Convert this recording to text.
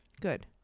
Good